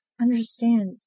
understand